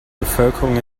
bevölkerung